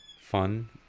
fun